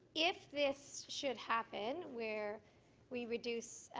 if this should happen where we reduce